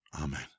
Amen